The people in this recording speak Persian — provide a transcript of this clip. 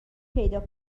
پیدا